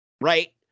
right